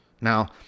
Now